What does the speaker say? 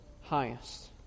highest